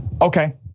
Okay